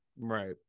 Right